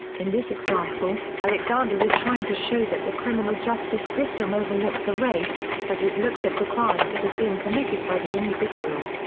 in this example, alexander is trying to show that the criminal justice system overlook the race but it looks at the crime that is being committed by the individual.